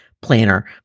planner